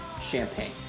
Champagne